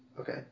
Okay